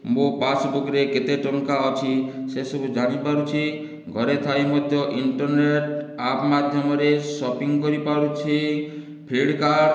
ମୋ' ପାସବୁକ୍ରେ କେତେ ଟଙ୍କା ଅଛି ସେ ସବୁ ଜାଣିପାରୁଛି ଘରେ ଥାଇ ମଧ୍ୟ ଇଣ୍ଟର୍ନେଟ ଆପ୍ ମାଧ୍ୟମରେ ସପିଂ କରିପାରୁଛି ଫିଲ୍ଡ଼କାର୍ଡ଼